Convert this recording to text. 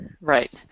right